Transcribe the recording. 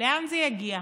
לאן זה יגיע?